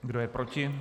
Kdo je proti?